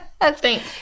Thanks